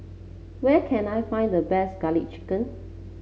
where can I find the best garlic chicken